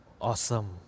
awesome